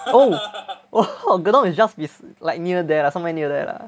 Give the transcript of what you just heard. oh oh so Gedong is just is~ like near there lah somewhere near there lah